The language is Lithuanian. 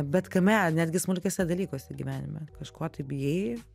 bet kame netgi smulkiuose dalykuose gyvenime kažko tai bijai